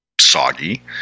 Soggy